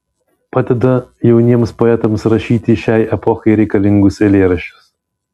padeda jauniems poetams rašyti šiai epochai reikalingus eilėraščius